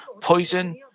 Poison